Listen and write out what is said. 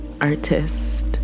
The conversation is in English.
artist